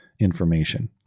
information